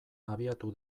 abiatu